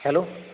hello